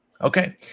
okay